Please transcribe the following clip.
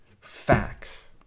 facts